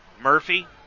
Murphy